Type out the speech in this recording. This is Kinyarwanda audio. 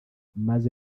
maze